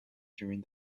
during